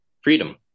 Freedom